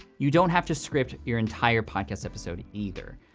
you don't have to script your entire podcast episode either.